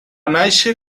nàixer